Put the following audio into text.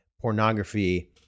pornography